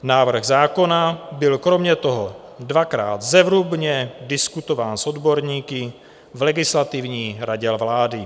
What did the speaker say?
Návrh zákona byl kromě toho dvakrát zevrubně diskutován s odborníky v Legislativní radě vlády.